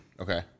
Okay